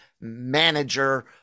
manager